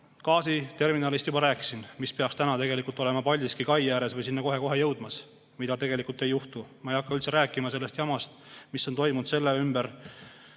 Gaasiterminalist ma juba rääkisin. See peaks tegelikult olema Paldiski kai ääres või sinna kohe-kohe jõudmas, aga seda tegelikult ei juhtu. Ma ei hakka üldse rääkima sellest jamast, mis on seotud sellega,